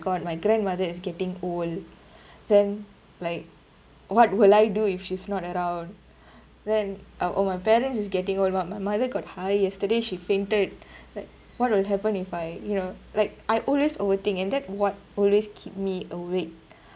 god my grandmother is getting old then like what will I do if she's not around then uh oh my parents is getting old my mother got tired yesterday she fainted like what would happen if I you know like I always overthink and that what always keep me awake